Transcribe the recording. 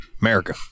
America